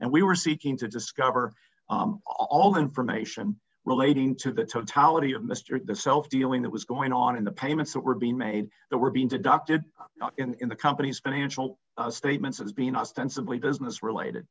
and we were seeking to discover all information relating to the totality of mr self dealing that was going on in the payments that were being made that were being deducted in the company's financial statements as being ostensibly business related